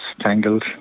tangled